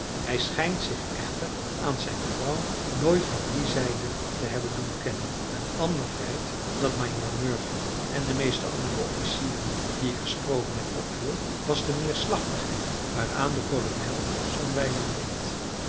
hij schijnt zich echter aan zijn vrouw nooit van die zijde te hebben doen kennen een ander feit dat majoor murphy en de meeste andere officieren die ik gesproken heb opviel was de neerslachtigheid waaraan de kolonel somwijlen leed